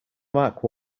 mark